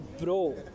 bro